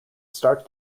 start